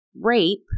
Rape